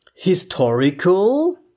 historical